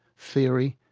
theory,